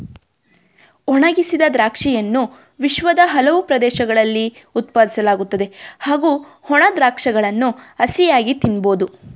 ಒಣಗಿಸಿದ ದ್ರಾಕ್ಷಿಯನ್ನು ವಿಶ್ವದ ಹಲವು ಪ್ರದೇಶಗಳಲ್ಲಿ ಉತ್ಪಾದಿಸಲಾಗುತ್ತದೆ ಹಾಗೂ ಒಣ ದ್ರಾಕ್ಷಗಳನ್ನು ಹಸಿಯಾಗಿ ತಿನ್ಬೋದು